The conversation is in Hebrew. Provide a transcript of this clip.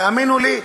תאמינו לי,